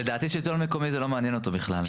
לדעתי השלטון המקומי זה לא מעניין אותו בכלל.